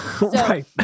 right